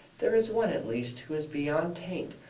there is one, at least, who is beyond taint,